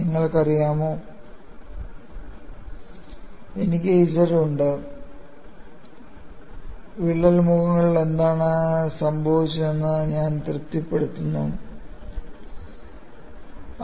നിങ്ങൾക്കറിയാമോ എനിക്ക് z ഉണ്ട് വിള്ളൽ മുഖങ്ങളിൽ എന്താണ് സംഭവിച്ചതെന്ന് ഞാൻ തൃപ്തിപ്പെടുത്തുന്നു അനന്തത്തിൽ സംഭവിക്കുന്നത് ഞാൻ തൃപ്തിപ്പെടുത്തുന്നു